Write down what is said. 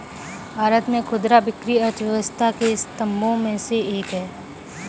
भारत में खुदरा बिक्री अर्थव्यवस्था के स्तंभों में से एक है